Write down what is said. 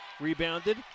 rebounded